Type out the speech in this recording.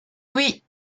oui